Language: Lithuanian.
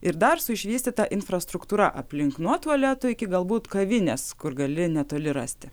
ir dar su išvystyta infrastruktūra aplink nuo tualetų iki galbūt kavinės kur gali netoli rasti